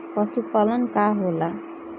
पशुपलन का होला?